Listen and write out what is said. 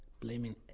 blaming